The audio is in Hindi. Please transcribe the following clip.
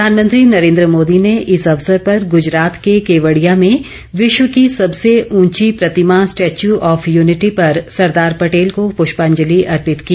प्रधानमंत्री नरेंद्र मोदी ने इस अवसर पर ग्जरात के केवड़िया में विश्व की सबसे ऊंची प्रतिमा स्टेच्यू ऑफ यूनिटी पर सरदार पटेल को पुष्पांजलि अर्पित की